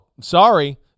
Sorry